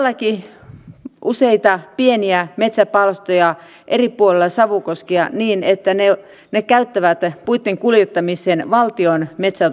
meillä on todellakin useita pieniä metsäpalstoja eri puolilla savukoskea niin että puitten kuljettamiseen käytetään valtion metsänhoitoteitä